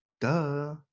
duh